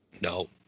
No